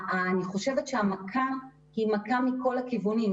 אני חושבת שהמכה היא מכה מכול הכיוונים.